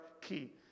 key